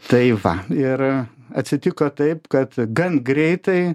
tai va ir atsitiko taip kad gan greitai